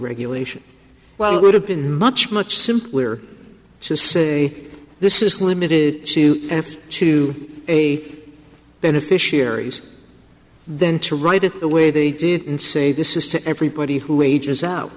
regulation well it would have been much much simpler to say this is limited to a beneficiaries then to write it the way they did and say this is to everybody who wagers out